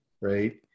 Right